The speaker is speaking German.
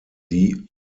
die